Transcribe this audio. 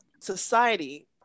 society